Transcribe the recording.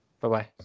Bye-bye